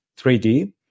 3D